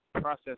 process